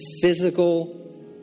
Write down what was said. physical